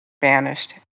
banished